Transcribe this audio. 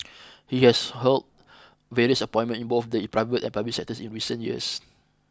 he has held various appointments in both the private and public sectors in recent years